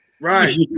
Right